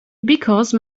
because